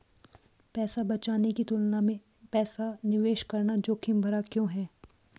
पैसा बचाने की तुलना में पैसा निवेश करना जोखिम भरा क्यों है?